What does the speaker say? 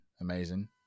Amazing